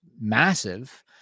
massive